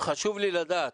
חשוב לי לדעת.